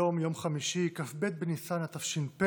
היום יום חמישי, כ"ב בניסן התש"ף,